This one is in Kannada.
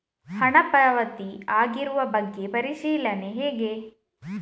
ಹಣ ಪಾವತಿ ಆಗಿರುವ ಬಗ್ಗೆ ಪರಿಶೀಲನೆ ಹೇಗೆ?